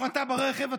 הפרטה ברכב הציבורי,